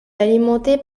alimenté